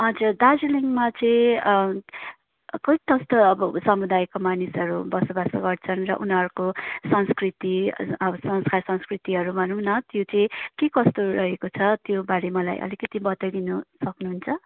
हजुर दार्जिलिङमा चाहिँ कस्तो कस्तो अब समुदायको मानिसहरू बसोबासो गर्छन् र उनीहरूको संस्कृति अब संस्कार संस्कृतिहरू भनौँ न त्यो चाहिँ के कस्तो रहेको छ त्योबारे मलाई अलिकति बताइदिनु सक्नुहुन्छ